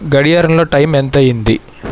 గడియారంలో టైమ్ ఎంతయ్యింది